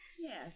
Yes